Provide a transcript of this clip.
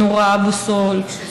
נורה אבו סולב,